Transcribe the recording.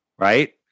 Right